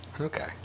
Okay